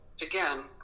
again